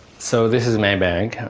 so this is my bag,